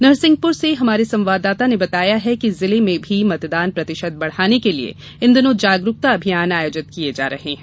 नरसिंहपुर से हमारे संवाददाता ने बताया है कि जिले में भी मतदान प्रतिशत बढ़ाने के लिए इन दिनों जागरूकता अभियान आयोजित किये जा रहे हैं